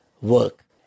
work